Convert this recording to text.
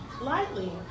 lightly